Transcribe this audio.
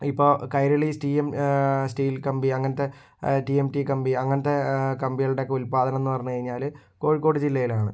ഇപ്പോൾ കൈരളി സ്റ്റി M steel കമ്പി അങ്ങനത്തെ ടി എം ടി കമ്പി അങ്ങനത്തെ കമ്പികളുടെ ഒക്കെ ഉൽപാദനം എന്ന് പറഞ്ഞു കഴിഞ്ഞാല് കോഴിക്കോട് ജില്ലയാണ്